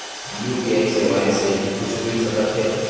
UPI सेवाएं से कुछु मिल सकत हे?